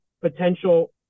potential